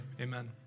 amen